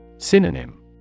Synonym